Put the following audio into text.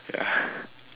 ya